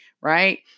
right